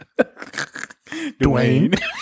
Dwayne